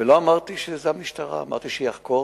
לא אמרתי שזה המשטרה, אמרתי שיחקור